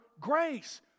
grace